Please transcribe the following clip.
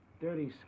Dirty